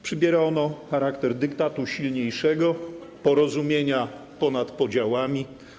Przybiera ono charakter dyktatu silniejszego, porozumienia ponad podziałami.